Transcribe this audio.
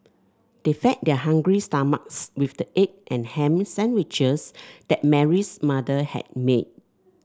they fed their hungry stomachs with the egg and ham sandwiches that Mary's mother had made